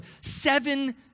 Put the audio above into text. seven